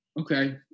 okay